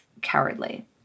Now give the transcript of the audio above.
cowardly